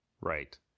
Right